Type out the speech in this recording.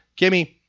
Kimmy